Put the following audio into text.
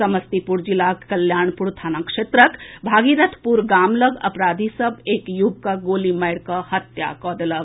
समस्तीपुर जिलाक कल्याणपुर थाना क्षेत्रक भागीरथपुर गाम लऽग अपराधी सभ एक युवकक गोली मारि कऽ हत्या कऽ देलक